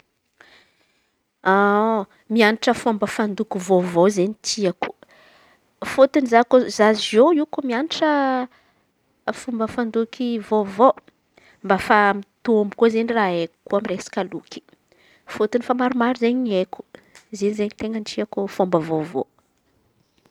Mian̈atra fomba fandoky vaovao izen̈y tiako. Fôtony izen̈y zako za zô io ko mianatra fomba fandoky vôvô mba efa mitombo koa izen̈y raha haiko amy resaka loky. Fôtony fa maro maro zey ny heko zay izen̈y ten̈a tiako fomba vôvô.